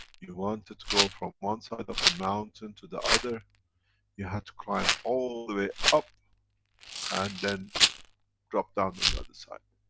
you wanted to go from one side of the mountain to the other you had to climb all the way up and then drop down on the other side